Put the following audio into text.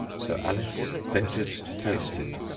so alice ventured to taste it,